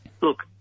Look